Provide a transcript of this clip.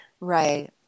Right